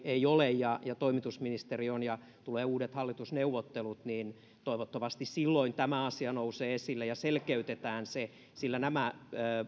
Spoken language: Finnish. ei ole ja ja on toimitusministeristö ja tulee uudet hallitusneuvottelut niin toivottavasti silloin tämä asia nousee esille ja selkeytetään se sillä nämä